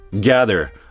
gather